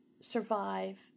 survive